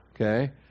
okay